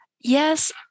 yes